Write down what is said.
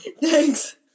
Thanks